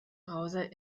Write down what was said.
browser